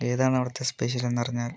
ഏതാണ് അവിടുത്തെ സ്പെഷ്യൽ എന്നറിഞ്ഞാൽ